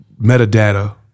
metadata